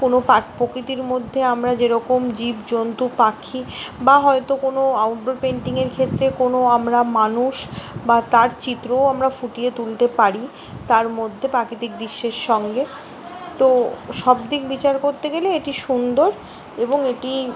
কোনো পাক প্রকৃতির মধ্যে আমরা যেরকম জীবজন্তু পাখি বা হয়তো কোনো আউটডোর পেইন্টিংয়ের ক্ষেত্রে কোনো আমরা মানুষ বা তার চিত্রও আমরা ফুটিয়ে তুলতে পারি তার মধ্যে প্রাকৃতিক দৃশ্যের সঙ্গে তো সব দিক বিচার করতে গেলে এটি সুন্দর এবং এটি